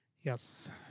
Yes